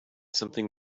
something